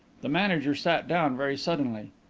the manager sat down very suddenly.